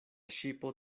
ŝipo